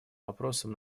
вопросом